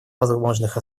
возможных